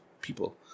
people